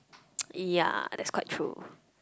ya that's quite true